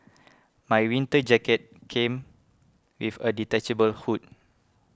my winter jacket came with a detachable hood